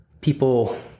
people